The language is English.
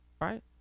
right